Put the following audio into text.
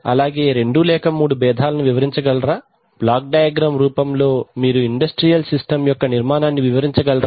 అలాగే రెండు లేక మూడు బేధాలను వివరించగలరా బ్లాక్ డయాగ్రమ్ రూపంలో మీరు ఇండస్ట్రియల్ యొక్క నిర్మాణాన్ని వివరించగలరా